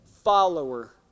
Follower